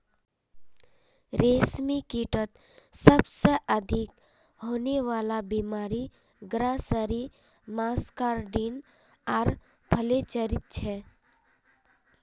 रेशमकीटत सबसे अधिक होने वला बीमारि ग्रासरी मस्कार्डिन आर फ्लैचेरी छे